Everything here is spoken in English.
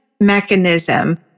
mechanism